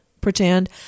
pretend